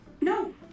No